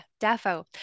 Defo